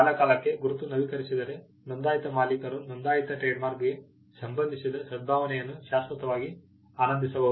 ಕಾಲಕಾಲಕ್ಕೆ ಗುರುತು ನವೀಕರಿಸಿದರೆ ನೋಂದಾಯಿತ ಮಾಲೀಕರು ನೋಂದಾಯಿತ ಟ್ರೇಡ್ಮಾರ್ಕ್ಗೆ ಸಂಬಂಧಿಸಿದ ಸದ್ಭಾವನೆಯನ್ನು ಶಾಶ್ವತವಾಗಿ ಆನಂದಿಸಬಹುದು